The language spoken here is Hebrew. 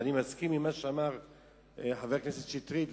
ואני מסכים עם מה שאמר חבר הכנסת שטרית,